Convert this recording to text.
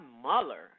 Mueller